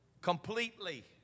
Completely